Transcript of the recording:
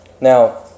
Now